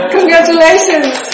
Congratulations